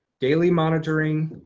daily monitoring